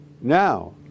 now